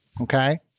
okay